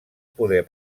poder